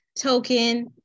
token